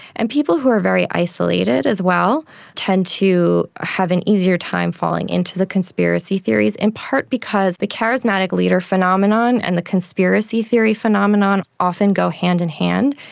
and people who are very isolated as well tend to have an easier time falling into the conspiracy theories, in part because the charismatic leader phenomenon and the conspiracy theory phenomenon on often go hand in hand.